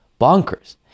bonkers